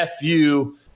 FU